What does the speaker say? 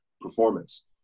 performance